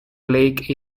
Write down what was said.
lake